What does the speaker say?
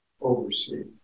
oversee